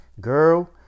girl